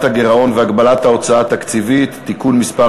הגירעון והגבלת ההוצאה התקציבית (תיקון מס'